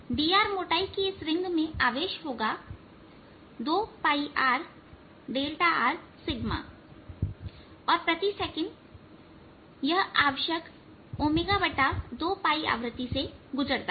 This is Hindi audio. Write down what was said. dr मोटाई की इस रिंग में आवेश होगा 2πr Δr और प्रति सेकंड यह आवश्यक 2आवृत्ति से गुजरता है